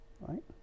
right